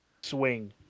swing